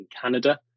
Canada